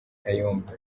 kayumba